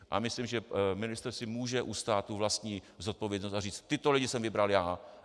A myslím, že ministr si může ustát vlastní zodpovědnost a říct: tyto lidi jsem vybral já.